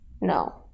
no